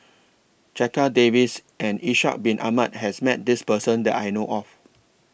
Checha Davies and Ishak Bin Ahmad has Met This Person that I know of